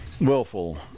willful